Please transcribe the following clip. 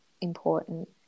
important